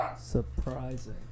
Surprising